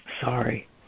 sorry